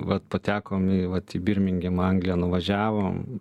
vat patekom į vat į birmingemą angliją nuvažiavom